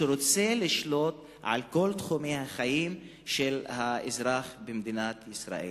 שרוצה לשלוט על כל תחומי החיים של האזרח במדינת ישראל.